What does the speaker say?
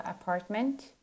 apartment